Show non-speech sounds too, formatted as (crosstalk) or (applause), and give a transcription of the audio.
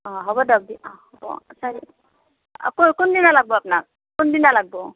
অ' হ'ব দক (unintelligible) কোন কোন দিনা লাগিব আপোনাক কোন দিনা লাগিব